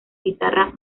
guitarra